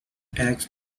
tax